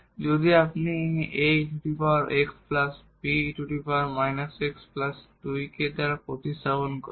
যদি আপনি এই aex be x 2 কে প্রতিস্থাপন করেন